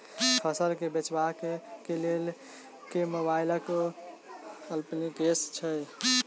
फसल केँ बेचबाक केँ लेल केँ मोबाइल अप्लिकेशन छैय?